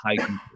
high